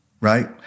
right